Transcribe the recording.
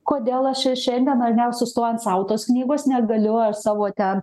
kodėl aš čia šiandieną ar ne sustojant sau tos knygos negalioja savo ten